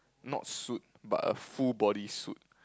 not suit but a full body suit